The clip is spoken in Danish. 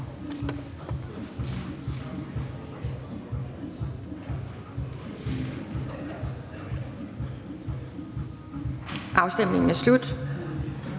Afstemningen er slut.